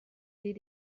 des